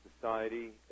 society